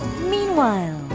meanwhile